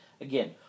Again